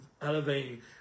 elevating